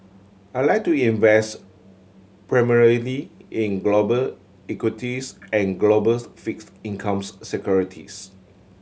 I like to invest primarily in global equities and globals fix incomes securities